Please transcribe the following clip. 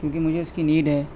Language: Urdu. کیونکہ مجھے اس کی نیڈ ہے